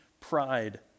pride